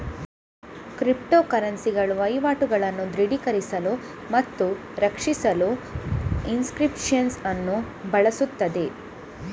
crypto ಕರೆನ್ಸಿಗಳು ವಹಿವಾಟುಗಳನ್ನು ದೃಢೀಕರಿಸಲು ಮತ್ತು ರಕ್ಷಿಸಲು ಎನ್ಕ್ರಿಪ್ಶನ್ ಅನ್ನು ಬಳಸುತ್ತವೆ